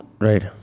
Right